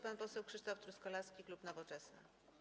Pan poseł Krzysztof Truskolaski, klub Nowoczesna.